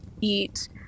eat